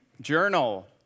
Journal